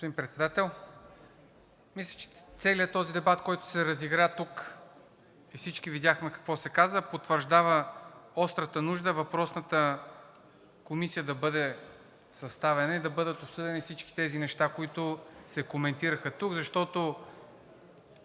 Господин Председател, мисля, че целият този дебат, който се разигра тук, всички видяхме какво се каза, потвърждава острата нужда въпросната комисия да бъде съставена и да бъдат обсъдени всички тези неща, които се коментираха тук, защото